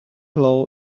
law